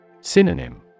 Synonym